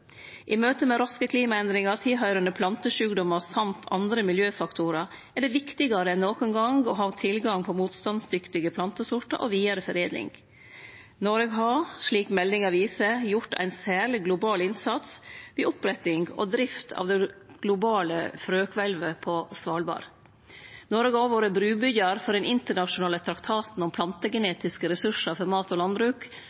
I møte med raske klimaendringar, tilhøyrande plantesjukdomar og andre miljøfaktorar er det viktigare enn nokon gong å ha tilgang på motstandsdyktige plantesortar og vidareforedling. Noreg har, slik meldinga viser, gjort ein særleg global innsats i oppretting og drift av det globale frøkvelvet på Svalbard. Noreg har òg vore brubyggjar for den internasjonale traktaten om